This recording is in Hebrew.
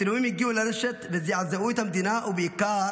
הצילומים הגיעו לרשת וזעזעו את המדינה, ובעיקר